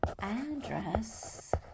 address